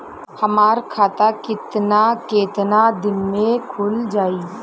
हमर खाता कितना केतना दिन में खुल जाई?